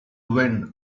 wind